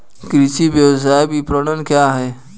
कृषि व्यवसाय विपणन क्या है?